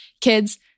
kids